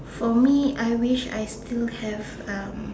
for me I wish I still have